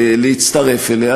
להצטרף אליה,